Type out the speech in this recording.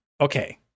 Okay